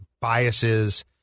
biases